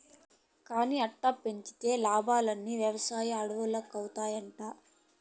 కానీ అట్టా పెంచితే లాబ్మని, వెవసాయం అడవుల్లాగౌతాయంట